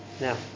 Now